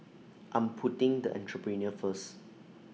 I'm putting the Entrepreneur First